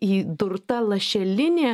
įdurta lašelinė